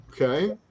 Okay